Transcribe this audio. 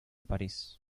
parís